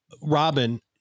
Robin